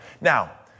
Now